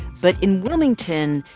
but in wilmington,